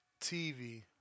TV